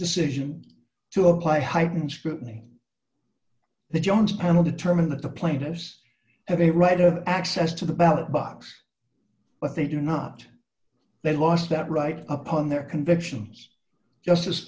decision to apply heightened scrutiny the jones panel determined that the plaintiffs have a right of access to the ballot box but they do not they lost that right upon their convictions justice